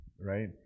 right